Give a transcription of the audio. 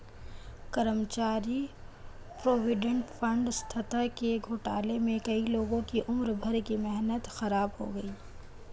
कर्मचारी provident fund संस्था के घोटाले में कई लोगों की उम्र भर की मेहनत ख़राब हो गयी